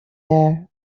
there